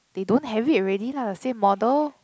they don't have it already lah same model